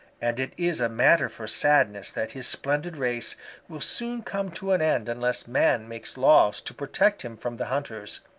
and it is a matter for sadness that his splendid race will soon come to an end unless man makes laws to protect him from the hunters.